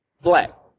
black